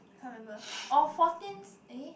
can't remember or fourteenth eh